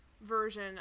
version